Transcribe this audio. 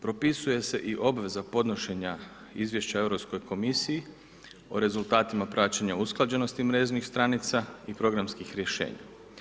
Propisuje se i obveza podnošenja izvješća Europskoj komisiji o rezultatima praćenja usklađenosti mrežnih stranica i programskih rješenja.